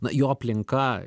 na jo aplinka